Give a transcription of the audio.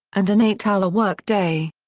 and an eight-hour work day.